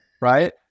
right